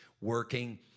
working